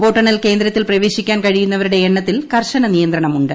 വോട്ടെണ്ണൽ കേന്ദ്രത്തിൽ പ്രവേശിക്കാൻ കഴിയുന്നവരുടെ എണ്ണത്തിൽ കർശന നിയന്ത്രണം ഉണ്ട്